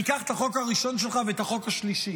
אני אקח את החוק הראשון שלך ואת החוק השלישי.